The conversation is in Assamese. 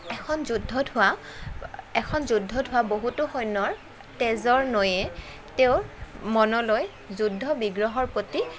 এখন যুদ্ধত হোৱা এখন যুদ্ধত হোৱা বহুতো সৈন্যৰ তেজৰ নৈয়ে তেওঁৰ মনলৈ যুদ্ধ বিগ্ৰহৰ প্ৰতি